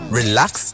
relax